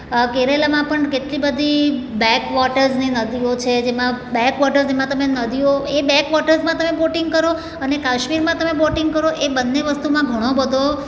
કેરેલામાં પણ કેટલી બધી બેકવોટર્સની નદીઓ છે જેમાં બેકવોટર્સ એમાં તમે નદીઓ એ બેકવોટર્સમાં તમે બોટિંગ કરો અને કાશ્મીરમાં તમે બોટિંગ કરો એ બંને વસ્તુમાં ઘણો બધો